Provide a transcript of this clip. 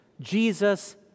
Jesus